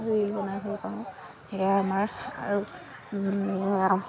reel বনাই ভাল পাওঁ সেয়া আমাৰ আৰু